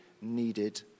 needed